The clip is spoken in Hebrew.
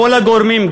כל הגורמים,